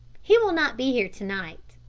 he will not be here to-night.